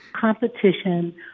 competition